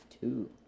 two